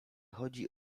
chodzi